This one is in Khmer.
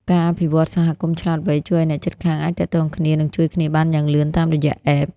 ការអភិវឌ្ឍ "សហគមន៍ឆ្លាតវៃ" ជួយឱ្យអ្នកជិតខាងអាចទាក់ទងគ្នា និងជួយគ្នាបានយ៉ាងលឿនតាមរយៈ App ។